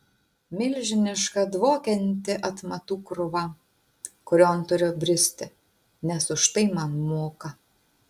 milžiniška dvokianti atmatų krūva kurion turiu bristi nes už tai man moka